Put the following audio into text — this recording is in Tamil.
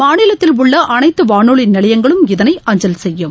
மாநிலத்தில் உள்ள அனைத்து வானொலி நிலையங்களும் இதனை அஞ்சல் செய்யும்